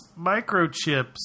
microchips